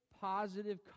positive